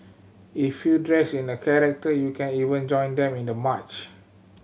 if you dressed in a character you can even join them in the march